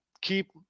keep